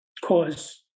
cause